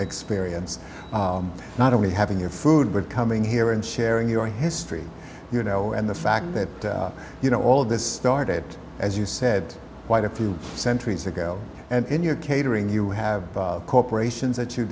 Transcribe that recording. experience not only having your food but coming here and sharing your history you know and the fact that you know all this started as you said quite a few centuries ago and in your catering you have corporations